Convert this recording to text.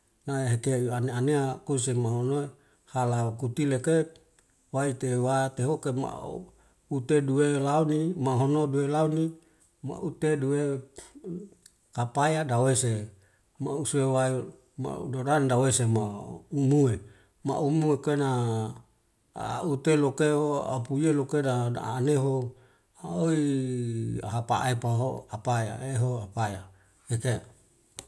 Na heke ane anea kuse maahonoi hala kutoleke waite wateho mao ute duwe lune, mahono duwe launi, maute duwe kapaya dawese use wail dodane dawese ma umue. Ma umue kena aautelo keho apuyelo keda daaneho oiy ahapaaiy paho apaya eho apaya ike.